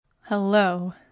Hello